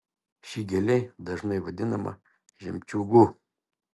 ši gėlė dažnai vadinama žemčiūgu